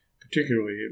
particularly